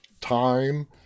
time